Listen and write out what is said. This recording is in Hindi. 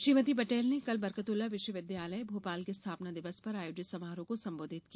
श्रीमती पटेल ने कल बरकतउल्ला विश्वविद्यालय भोपाल के स्थापना दिवस पर आयोजित समारोह को संबोधित किया